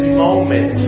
moment